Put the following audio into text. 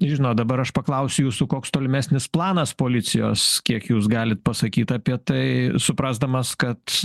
žinot dabar aš paklausiu jūsų koks tolimesnis planas policijos kiek jūs galit pasakyt apie tai suprasdamas kad